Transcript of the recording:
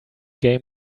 game